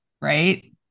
right